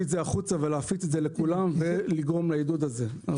את זה החוצה ולהפיץ את זה לכולם ולגרום לעידוד הזה.